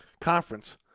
conference